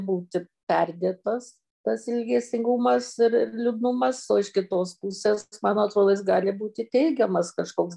būti perdėtas tas ilgesingumas ir ir liūdnumas o iš kitos pusės man atrodo jis gali būti teigiamas kažkoks